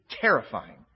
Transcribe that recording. terrifying